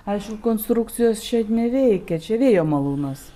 aišku konstrukcijos čia neveikia čia vėjo malūnas